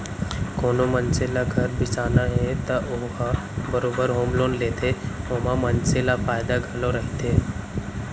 कोनो मनसे ल घर बिसाना हे त ओ ह बरोबर होम लोन लेथे ओमा मनसे ल फायदा घलौ रहिथे